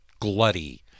glutty